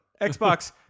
Xbox